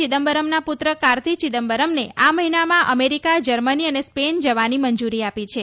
ચિદમ્બરમનાં પુત્ર કાર્તિ ચિદમ્બરમને આ મહિનામાં અમેરિકા જર્મની અને સ્પેન જવાની મંજુરી આપી છે